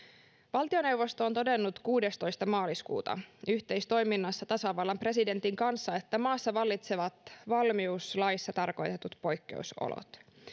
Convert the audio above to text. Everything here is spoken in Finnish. valtioneuvosto on todennut kuudestoista maaliskuuta yhteistoiminnassa tasavallan presidentin kanssa että maassa vallitsevat valmiuslaissa tarkoitetut poikkeusolot